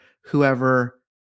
whoever